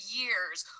years